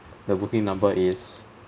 the booking number is